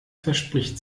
verspricht